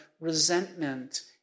resentment